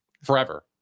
Forever